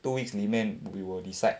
two weeks 里面 we will decide